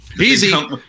easy